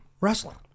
wrestling